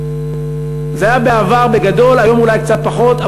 זה היה בעבר בגדול והיום אולי קצת פחות,